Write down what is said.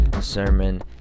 sermon